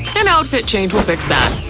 an outfit change will fix that!